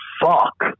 fuck